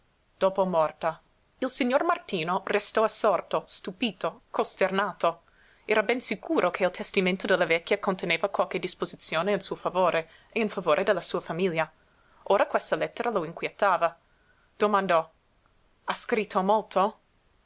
dopo morta il signor martino restò assorto stupito costernato era ben sicuro che il testamento della vecchia conteneva qualche disposizione in suo favore e in favore della sua famiglia ora questa lettera lo inquietava domandò ha scritto molto